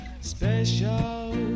special